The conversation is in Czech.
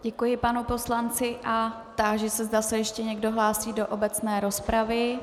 Děkuji panu poslanci a táži se, zda se ještě někdo hlásí do obecné rozpravy.